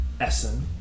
Essen